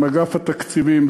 עם אגף התקציבים,